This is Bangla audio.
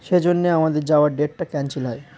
সেজন্যে আমাদের যাওয়ার ডেটটা ক্যান্সেল হয়